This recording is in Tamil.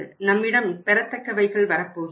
நம்மிடம் பெறத்தக்கவகைகள் வரப்போகின்றன